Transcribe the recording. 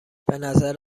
بنظر